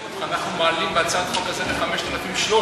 אנחנו מעלים בהצעת החוק הזאת ל-5,300.